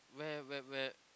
where where where